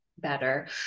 better